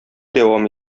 дәвам